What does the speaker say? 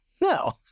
No